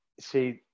See